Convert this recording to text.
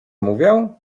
mówię